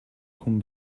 хүн